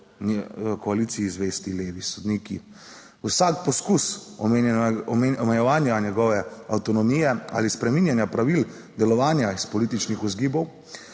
koaliciji zvesti levi sodniki. Vsak poskus omenjenega, omejevanja njegove avtonomije ali spreminjanja pravil delovanja iz političnih vzgibov,